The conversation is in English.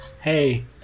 Hey